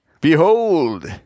behold